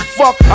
fuck